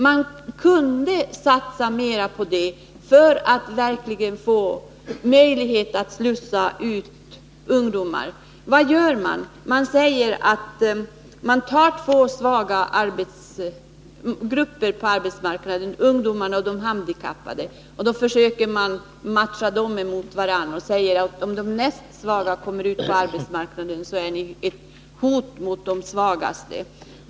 Man kunde satsa mera på det för att få möjlighet att slussa ut ungdomar. Men vad gör man? Man tar två svaga grupper på arbetsmarknaden, ungdomarna och de handikappade, och försöker matcha dem mot varandra. Man säger att om de näst svagaste kommer ut på arbetsmarknaden är detta hot mot de svagaste.